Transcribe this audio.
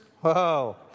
Whoa